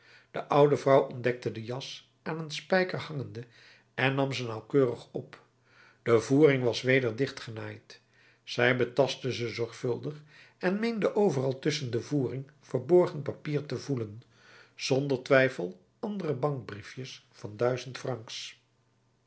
de oude vrouw ontdekte de jas aan een spijker hangende en nam ze nauwkeurig op de voering was weder dichtgenaaid zij betastte ze zorgvuldig en meende overal tusschen de voering verborgen papier te voelen zonder twijfel andere bankbriefjes van duizend francs